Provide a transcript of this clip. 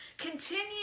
Continue